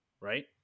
right